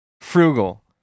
Frugal